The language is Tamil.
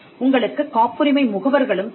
உங்களுக்குக் காப்புரிமை முகவர்களும் தேவை